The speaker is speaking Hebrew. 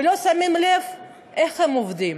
ולא שמים לב איך הם עובדים.